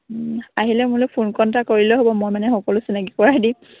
আহিলে মোলৈ phone call এটা কৰিলে হ'ব মই মানে সকলো চিনাকি কৰাই দিম